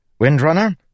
Windrunner